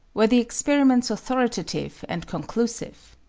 were the experiments authoritative and conclusive?